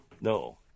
No